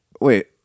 wait